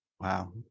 Wow